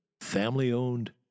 family-owned